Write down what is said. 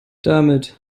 damit